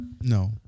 No